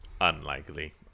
Unlikely